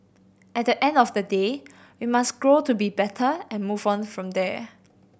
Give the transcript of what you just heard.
at the end of the day we must grow to be better and move on from there